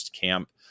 camp